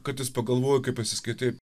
kad jis pagalvojo kai pasiskaitai